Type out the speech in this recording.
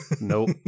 Nope